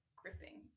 gripping